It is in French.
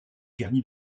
garni